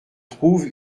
trouve